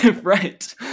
Right